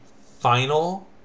final